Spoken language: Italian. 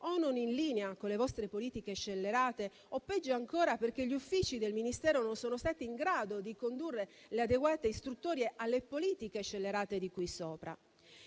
o non in linea con le vostre politiche scellerate o, peggio ancora, perché gli uffici del Ministero non sono stati in grado di condurre le adeguate istruttorie alle politiche scellerate di cui sopra.